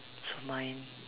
so mine